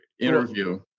interview